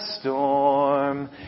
storm